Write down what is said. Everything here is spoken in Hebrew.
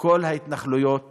כל ההתנחלויות